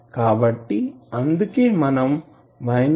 కాబట్టి అందుకే మనం 1 ని బయటికి తీసుకువచ్చాం